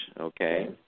okay